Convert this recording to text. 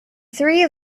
three